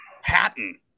Hatton